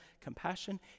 compassion